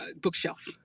bookshelf